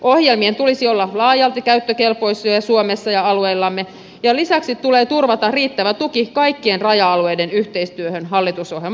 ohjelmien tulisi olla laajalti käyttökelpoisia suomessa ja alueillamme ja lisäksi tulee turvata riittävä tuki kaikkien raja alueiden yhteistyöhön hallitusohjelman mukaisesti